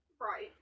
Right